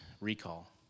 recall